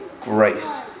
grace